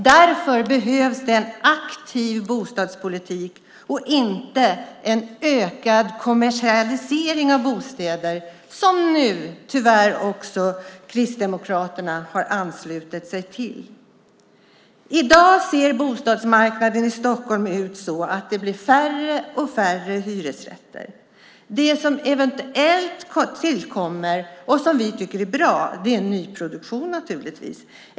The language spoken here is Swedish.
Därför behövs det en aktiv bostadspolitik - inte en ökad kommersialisering av bostäder som, tyvärr, också Kristdemokraterna nu har anslutit sig till. I dag på bostadsmarknaden i Stockholm blir det allt färre hyresrätter. Det som eventuellt tillkommer och som vi, naturligtvis, tycker är bra är nyproduktion.